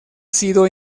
sido